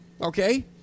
Okay